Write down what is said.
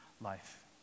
life